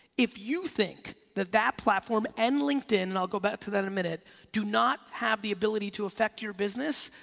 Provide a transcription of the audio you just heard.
if you think that that platform and linkedin and i'll go back to that in a minute do not have the ability to affect your business,